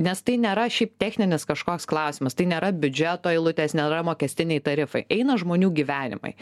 nes tai nėra šiaip techninis kažkoks klausimas tai nėra biudžeto eilutės nėra mokestiniai tarifai eina žmonių gyvenimai